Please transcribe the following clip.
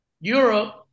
Europe